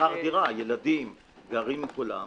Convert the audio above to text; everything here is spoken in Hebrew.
גם שכר דירה ילדים גרים עם כולם,